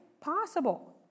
possible